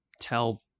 tell